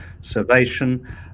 Servation